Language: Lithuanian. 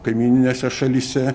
kaimyninėse šalyse